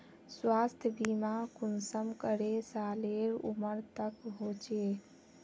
स्वास्थ्य बीमा कुंसम करे सालेर उमर तक होचए?